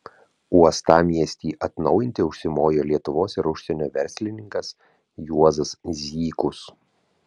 uostamiestį atnaujinti užsimojo lietuvos ir užsienio verslininkas juozas zykus